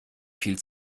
viel